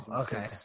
okay